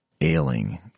ailing